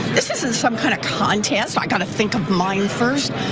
this isn't some kinda contest, i've gotta think of mine first,